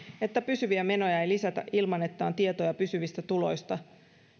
että pysyviä menoja ei lisätä ilman että on tietoja pysyvistä tuloista